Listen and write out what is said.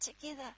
together